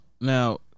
now